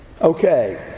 Okay